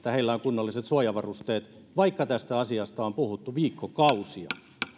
on kunnolliset suojavarusteet vaikka tästä asiasta on puhuttu viikkokausia